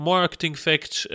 MarketingFacts